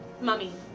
Mummy